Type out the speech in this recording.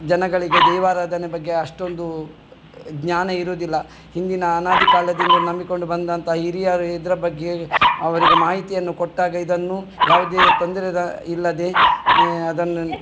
ಜನಗಳಿಗೆ ದೈವಾರಾಧನೆ ಬಗ್ಗೆ ಅಷ್ಟೊಂದು ಜ್ಞಾನ ಇರೋದಿಲ್ಲ ಹಿಂದಿನ ಅನಾದಿ ಕಾಲದಿಂದ ನಂಬಿಕೊಂಡು ಬಂದಂತ ಹಿರಿಯರು ಇದರ ಬಗ್ಗೆ ಅವರಿಗೆ ಮಾಹಿತಿಯನ್ನು ಕೊಟ್ಟಾಗ ಇದನ್ನು ಯಾವುದೆ ತೊಂದರೆ ಇಲ್ಲದೆ ಅದನ್ನು